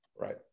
Right